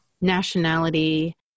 nationality